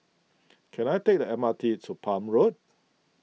can I take the M R T to Palm Road